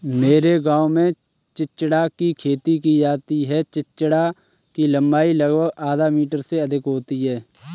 मेरे गांव में चिचिण्डा की खेती की जाती है चिचिण्डा की लंबाई लगभग आधा मीटर से अधिक होती है